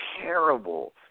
terrible